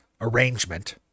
Arrangement